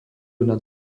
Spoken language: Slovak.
nad